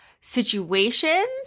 situations